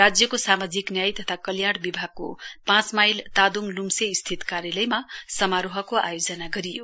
राज्यको सामाजिक न्याय तथा कल्याण विभागको पाँच माइल तादोङस्थित कार्यालयमा समारोहको आयोजना गरियो